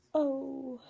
oh,